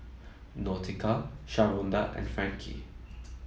Nautica Sharonda and Frankie